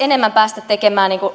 enemmän päästä tekemään